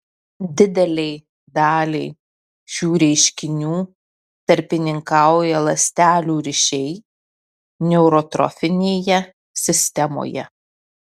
didelei daliai šių reiškinių tarpininkauja ląstelių ryšiai neurotrofinėje sistemoje